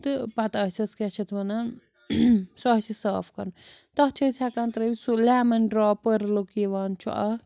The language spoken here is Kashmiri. تہٕ پَتہٕ آسٮ۪س کیٛاہ چھِ اَتھ وَنان سُہ آسہِ صاف کَرُن تَتھ چھِ أسۍ ہٮ۪کان ترٛٲوِتھ سُہ لٮ۪مَن ڈرٛاپ پٔرلُک یِوان چھُ اَکھ